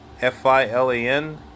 F-I-L-A-N